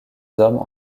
hommes